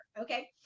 okay